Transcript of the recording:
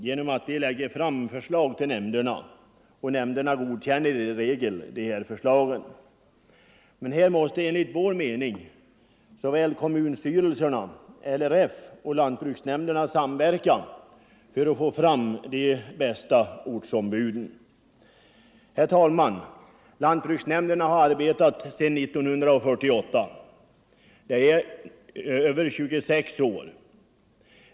Kommunstyrelsen lägger fram förslag för nämnderna, och nämnderna godkänner i regel dessa förslag. Enligt vår mening måste kommunstyrelsen, LRF och lantbruksnämnden samverka för att få fram de bästa ortsombuden. Herr talman! Lantbruksnämnderna har arbetat sedan 1948, alltså i över 26 år.